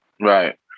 Right